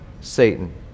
Satan